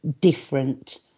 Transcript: different